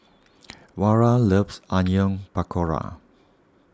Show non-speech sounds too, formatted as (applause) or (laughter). (noise) Vara loves Onion Pakora